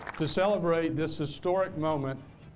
to celebrate this historic moment,